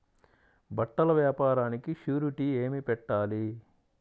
బట్టల వ్యాపారానికి షూరిటీ ఏమి పెట్టాలి?